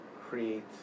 create